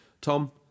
Tom